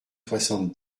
soixante